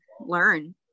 learn